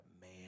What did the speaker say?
man